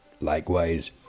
Likewise